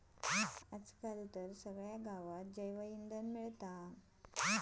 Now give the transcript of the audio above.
आज काल तर सगळ्या गावात जैवइंधन मिळता